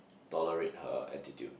tolerate her attitude